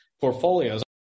portfolios